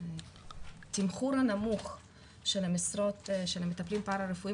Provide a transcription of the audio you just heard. ובעצם התמחור הנמוך של המשרות של מטפלים פרא רפואיים